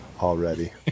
already